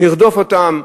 נרדוף אותם,